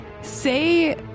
say